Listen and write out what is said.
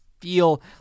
feel